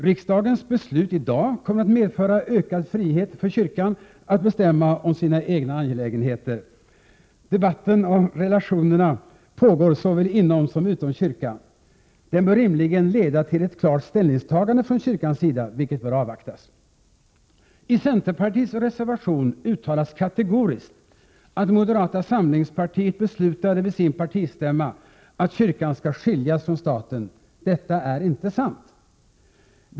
Riksdagens beslut i dag kommer att medföra ökad frihet för kyrkan att bestämma om sina egna angelägenheter. Debatten om relationerna pågår såväl inom som utom kyrkan. Den bör rimligen leda till ett klart ställningstagande från kyrkans sida, vilket bör avvaktas. I centerpartiets reservation uttalas kategoriskt att moderata samlingspartiet vid sin partistämma beslutade att kyrkan skall skiljas från staten. Detta är inte sant!